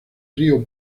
río